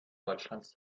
deutschlands